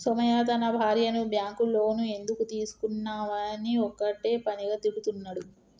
సోమయ్య తన భార్యను bank loan ఎందుకు తీసుకున్నవని ఒక్కటే పనిగా తిడుతున్నడు